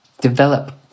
develop